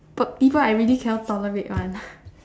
people I really cannot tolerate [one]